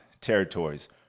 territories